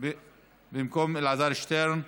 אלעזר שטרן,